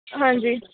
ਹਾਂਜੀ